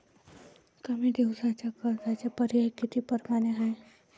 कमी दिसाच्या कर्जाचे पर्याय किती परमाने हाय?